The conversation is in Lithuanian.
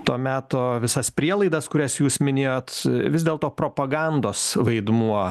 to meto visas prielaidas kurias jūs minėjot vis dėlto propagandos vaidmuo